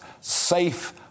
safe